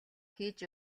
хийж